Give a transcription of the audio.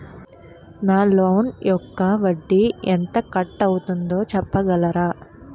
నా లోన్ యెక్క వడ్డీ ఎంత కట్ అయిందో చెప్పగలరా?